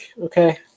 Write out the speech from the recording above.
okay